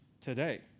today